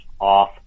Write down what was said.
off